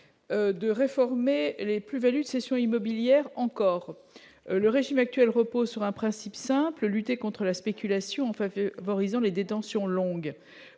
de réformer les plus-values de cessions immobilières encore. Le régime actuel repose sur un principe simple : lutter contre la spéculation en fait valorisant les détentions longues